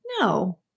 No